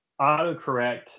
autocorrect